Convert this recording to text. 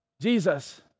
Jesus